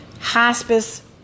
Hospice